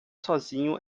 sozinho